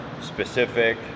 Specific